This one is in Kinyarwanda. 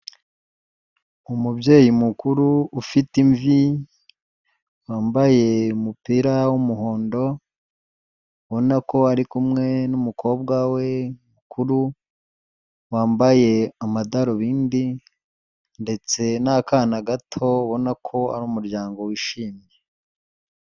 Umubyeyi mukuru ufite imvi, wambaye umupira w'umuhondo, ubona ko ari kumwe n'umukobwa we mukuru, wambaye amadarubindi ndetse n'akana gato, ubona ko ari umuryango wishimye.